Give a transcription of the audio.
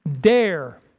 dare